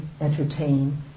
entertain